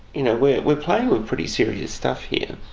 you know, we're we're playing with pretty serious stuff here.